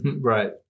Right